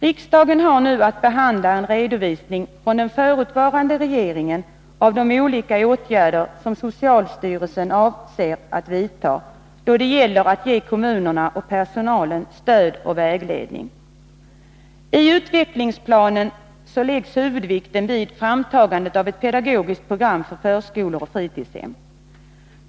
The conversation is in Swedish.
Riksdagen har nu att behandla en redovisning från den förutvarande regeringen av de olika åtgärder som socialstyrelsen avser att vidta då det gäller att ge kommunerna och personalen stöd och vägledning. I utvecklingsplanen läggs huvudvikten vid framtagandet av ett pedagogiskt program för förskolor och fritidshem.